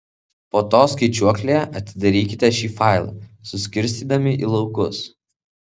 po to skaičiuoklėje atidarykite šį failą suskirstydami į laukus